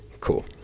Cool